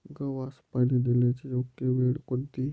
गव्हास पाणी देण्याची योग्य वेळ कोणती?